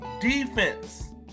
defense